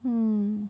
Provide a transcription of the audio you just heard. mm